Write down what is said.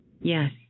Yes